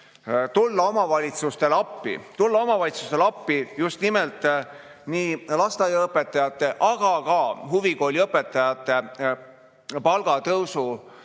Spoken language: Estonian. tulla omavalitsustele appi. Tulla omavalitsustele appi just nimelt lasteaiaõpetajate, aga ka huvikooliõpetajate palgatõusu